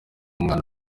umwana